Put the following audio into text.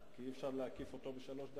אני לא מבין את טלב, מה הסיפור?